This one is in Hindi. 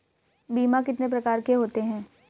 बीमा कितने प्रकार के होते हैं?